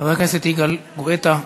חבר הכנסת יגאל גואטה,